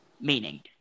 Meaning